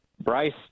Bryce